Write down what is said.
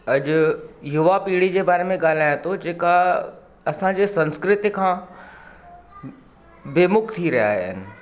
अॼु युवा पीढ़ी जे बारे में ॻाल्हायां थो जेका असांजी संस्कृति खां बेमुख थी रहिया आहिनि